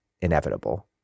inevitable